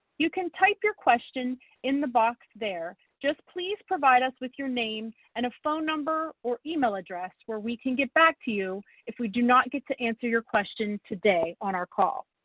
you can type your questions in the box there, just please provide us with your name and a phone number or email address where we can get back to you if we do not get to answer your question today on our call.